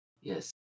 Yes